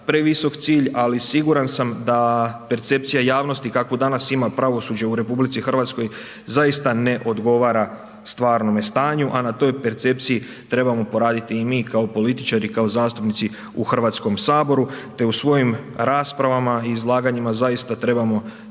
previsok cilj, ali siguran sam da percepcija javnosti kakvu danas ima pravosuđe u Republici Hrvatskoj zaista ne odgovara stvarnome stanju, a na toj percepciji trebamo poraditi i mi, kao političari, kao zastupnici u Hrvatskom saboru, te u svojim raspravama i izlaganjima zaista trebamo